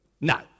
No